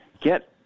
get